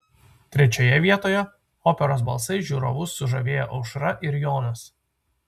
trečioje vietoje operos balsais žiūrovus sužavėję aušra ir jonas